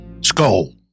Skull